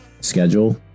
schedule